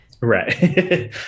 Right